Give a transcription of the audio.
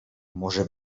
może